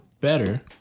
better